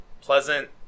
pleasant